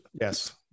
Yes